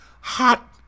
Hot